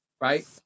right